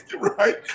Right